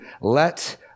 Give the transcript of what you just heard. Let